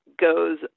goes